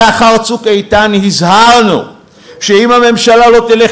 לאחר "צוק איתן" הזהרנו שאם הממשלה לא תלך